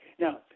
Now